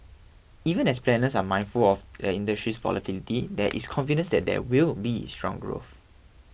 even as planners are mindful of the industry's volatility there is confidence that there will be strong growth